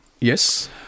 Yes